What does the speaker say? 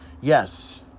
yes